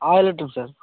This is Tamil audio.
ஆயிரம் லிட்ரு சார்